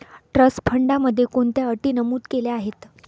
Trust फंडामध्ये कोणत्या अटी नमूद केल्या आहेत?